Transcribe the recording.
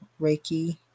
Reiki